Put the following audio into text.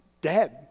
dead